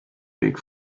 weg